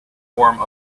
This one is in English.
form